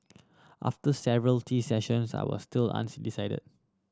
after several tea sessions I was still decided